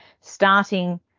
starting